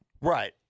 Right